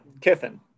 Kiffin